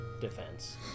defense